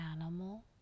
animal